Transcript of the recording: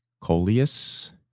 Coleus